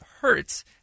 hurts